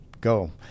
go